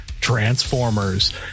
Transformers